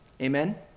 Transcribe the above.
Amen